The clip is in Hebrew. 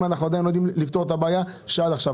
אם אנחנו עדיין לא יודעים לפתור את הבעיה שהייתה עד עכשיו.